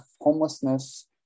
homelessness